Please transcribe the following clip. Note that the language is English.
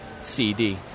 CD